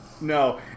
no